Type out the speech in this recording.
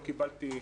לא קיבלתי.